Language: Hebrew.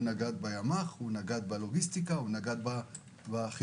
יש נגד בימ"ח, נגד בלוגיסטיקה, נגד בחימוש,